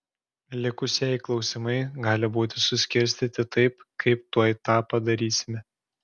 likusieji klausimai gali būti suskirstyti taip kaip tuoj tą padarysime